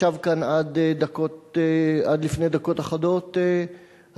ישב כאן עד לפני דקות אחדות השר,